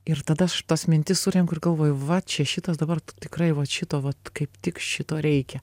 ir tada aš tas mintis surenku ir galvoju va čia šitas dabar tikrai vat šito vat kaip tik šito reikia